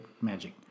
magic